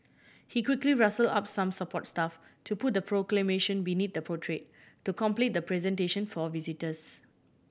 he quickly rustled up some support staff to put the Proclamation beneath the portrait to complete the presentation for visitors